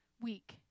week